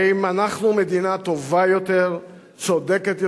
האם אנחנו מדינה טובה יותר, צודקת יותר,